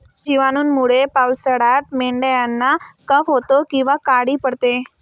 जिवाणूंमुळे पावसाळ्यात मेंढ्यांना कफ होतो किंवा काळी पडते